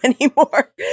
anymore